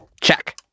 Check